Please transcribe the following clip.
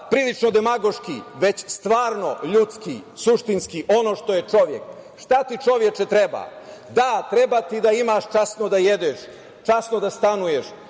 prilično demagoški, već stvarno ljudski, suštinski, ono što je čovek. Šta ti, čoveče, treba? Da, treba ti da imaš časno da jedeš, časno da stanuješ.